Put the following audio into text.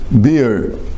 beer